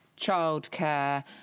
childcare